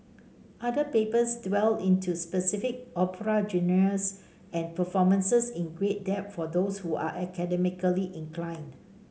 other papers dwell into specific opera genres and performances in great depth for those who are academically inclined